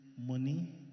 money